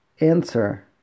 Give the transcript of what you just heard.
answer